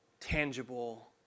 tangible